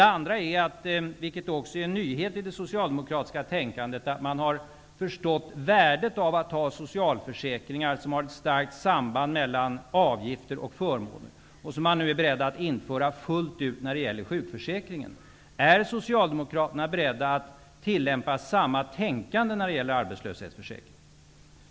En annan sak, vilken också är en nyhet i det socialdemokratiska tänkandet, är att man har förstått värdet av att ha socialförsäkringar som har ett starkt samband mellan avgifter och förmåner. Detta är man nu beredd att införa fullt ut när det gäller sjukförsäkringen. Är Socialdemokraterna beredda att tillämpa samma tänkande när det gäller arbetslöshetsförsäkringen?